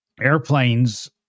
airplanes